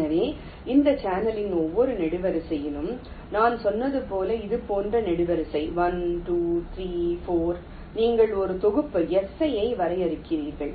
எனவே இந்த சேனலின் ஒவ்வொரு நெடுவரிசையிலும் நான் சொன்னது போல் இது போன்ற நெடுவரிசை 1 2 3 4 நீங்கள் ஒரு தொகுப்பு Si ஐ வரையறுக்கிறீர்கள்